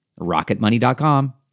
rocketmoney.com